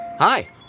Hi